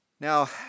Now